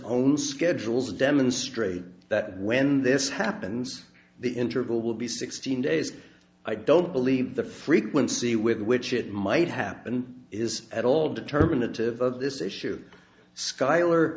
own schedules demonstrate that when this happens the interval will be sixteen days i don't believe the frequency with which it might happen is at all determinative of this issue s